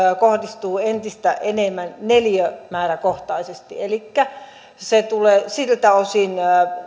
kohdistuu entistä enemmän neliövuokrakohtaisesti elikkä se tulee siltä osin